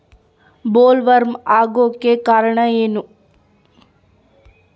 Bollworm ಆಗೋಕೆ ಕಾರಣ ಏನು?